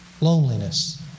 loneliness